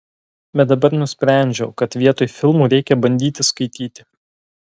bet dabar nusprendžiau kad vietoj filmų reikia bandyti skaityti